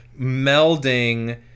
melding